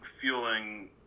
fueling